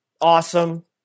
awesome